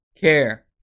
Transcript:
care